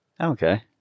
okay